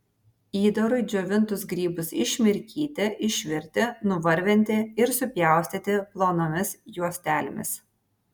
įdarui džiovintus grybus išmirkyti išvirti nuvarvinti ir supjaustyti plonomis juostelėmis